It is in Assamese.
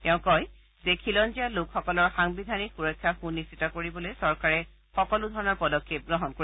তেঁও কৈছে যে খিলঞ্জীয়া লোকসকলৰ সাংবিধানিক সুৰক্ষা সুনিশ্চিত কৰিবলৈ চৰকাৰে সকলো পদক্ষেপ গ্ৰহণ কৰিব